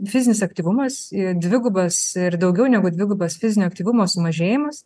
fizinis aktyvumas dvigubas ir daugiau negu dvigubas fizinio aktyvumo sumažėjimas